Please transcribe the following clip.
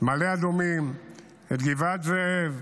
מעלה אדומים, גבעת זאב,